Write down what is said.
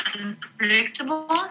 unpredictable